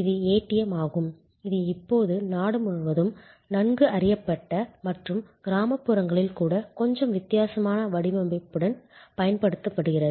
இது ஏடிஎம் ஆகும் இது இப்போது நாடு முழுவதும் நன்கு அறியப்பட்ட மற்றும் கிராமப்புறங்களில் கூட கொஞ்சம் வித்தியாசமான வடிவமைப்புடன் பயன்படுத்தப்படுகிறது